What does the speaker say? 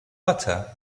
butter